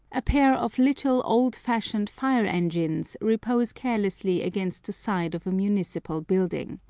a pair of little old-fashioned fire-engines repose carelessly against the side of a municipal building.